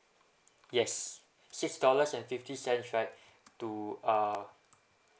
yes six dollars and fifty cents right to uh